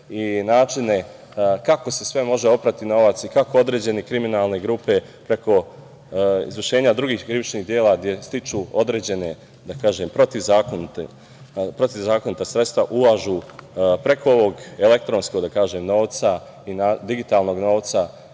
i načine kako se sve može oprati novac i kako određene kriminalne grupe preko izvršenja drugih krivičnih dela, gde stiču određena protivzakonita sredstva, ulažu preko ovog elektronskog novca, digitalnog novca